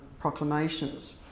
proclamations